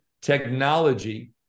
technology